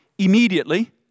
Immediately